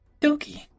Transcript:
Doki